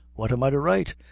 what am i to write?